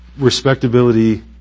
Respectability